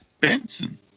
Benson